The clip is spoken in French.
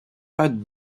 pas